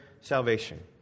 salvation